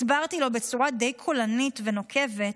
הסברתי לו בצורה די קולנית ונוקבת,